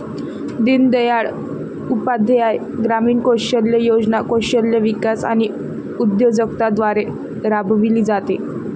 दीनदयाळ उपाध्याय ग्रामीण कौशल्य योजना कौशल्य विकास आणि उद्योजकता द्वारे राबविली जाते